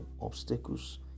obstacles